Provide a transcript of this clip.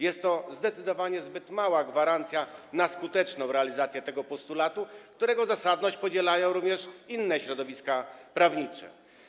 Jest to zdecydowanie zbyt mała gwarancja skutecznej realizacji tego postulatu, którego zasadność podzielają również inne środowiska prawnicze.